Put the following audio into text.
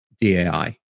dai